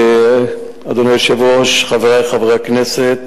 אדוני היושב-ראש, חברי חברי הכנסת,